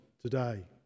today